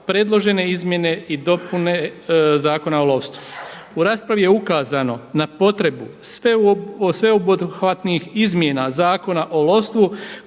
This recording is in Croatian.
predložene izmjene i dopune Zakona o lovstvu. U raspravi je ukazano na potrebu sveobuhvatnih izmjena Zakona o lovstvu